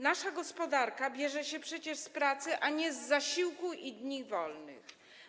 Nasza gospodarka bierze się przecież z pracy, a nie z zasiłków i dni wolnych.